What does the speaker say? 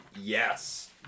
yes